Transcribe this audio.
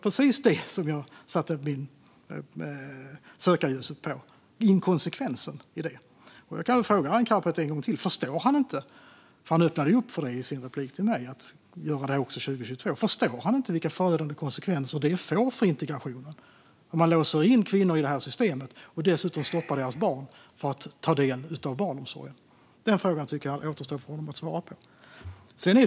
Det var inkonsekvensen i det som jag satte sökljuset på. Jag kan fråga Arin Karapet en gång till. I sin replik till mig öppnade han för att införa vårdnadsbidraget 2022. Förstår han inte vilka förödande konsekvenser det får för integrationen om man låser in kvinnor i det systemet och dessutom stoppar deras barn från att ta del av barnomsorgen? Den frågan återstår för honom att svara på. Fru talman!